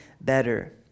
better